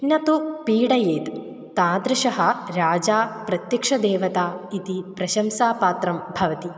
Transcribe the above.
न तु पीडयेत् तादृशः राजा प्रत्यक्षदेवता इति प्रशंसां पात्रं भवति